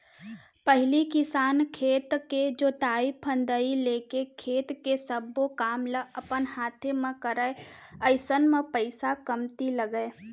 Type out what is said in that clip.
पहिली किसान खेत के जोतई फंदई लेके खेत के सब्बो काम ल अपन हाते म करय अइसन म पइसा कमती लगय